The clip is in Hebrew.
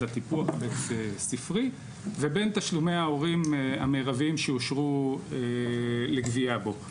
הפיתוח הבית ספרי ובין תשלומי ההורים המרביים שאושרו לגבייה בו.